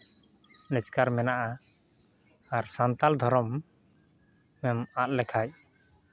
ᱱᱮᱥᱠᱟᱨ ᱢᱮᱱᱟᱜᱼᱟ ᱟᱨ ᱥᱟᱱᱛᱟᱲ ᱫᱷᱚᱨᱚᱢ ᱮᱢ ᱟᱫ ᱞᱮᱠᱷᱟᱡ